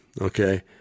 Okay